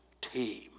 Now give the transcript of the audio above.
team